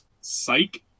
psych